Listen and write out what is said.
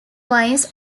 vines